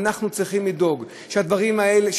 אנחנו צריכים לדאוג שהדברים האלה,